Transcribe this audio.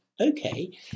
okay